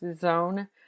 zone